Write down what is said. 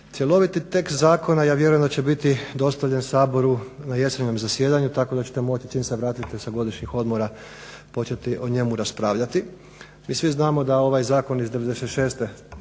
Cjeloviti tekst zakona ja vjerujem da će biti dostavljen Saboru na jesenjem zasjedanju tako da ćete moći čim se vratite sa godišnjih odmora početi o njemu raspravljati. Mi svi znamo da ovaj zakon iz